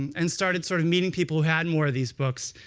and started sort of meeting people who had more of these books.